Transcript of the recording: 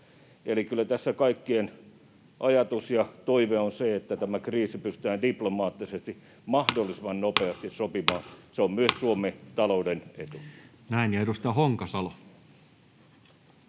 Eli kyllä tässä kaikkien ajatus ja toive on se, että tämä kriisi pystytään diplomaattisesti mahdollisimman nopeasti sopimaan. Se on myös Suomen talouden etu. Edustaja Honkasalo.